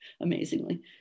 amazingly